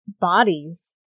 bodies